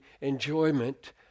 enjoyment